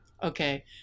Okay